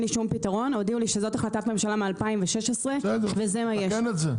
לי שום פתרון הודיעו לי שזו החלטת ממשלה מ-2016 וזה מה יש.